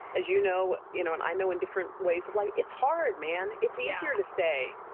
as you know you know, and i know in different ways of life, it's hard, man. it's easier to stay.